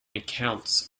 accounts